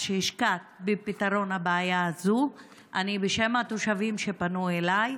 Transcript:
שהשקעת בפתרון הבעיה הזו בשם התושבים שפנו אליי.